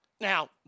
Now